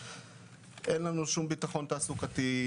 אין לנו שום ביטחון תעסוקתי,